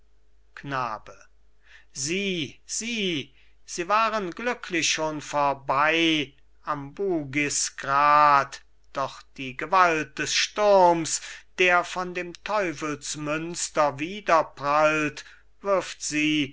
knabe sieh sieh sie waren glücklich schon vorbei am buggisgrat doch die gewalt des sturms der von dem teufelsmünster widerprallt wirft sie